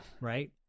right